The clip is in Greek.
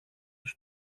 τους